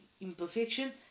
imperfection